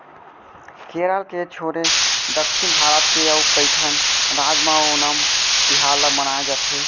केरल के छोरे दक्छिन भारत के अउ कइठन राज म ओनम तिहार ल मनाए जाथे